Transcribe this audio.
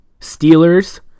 Steelers